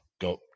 Go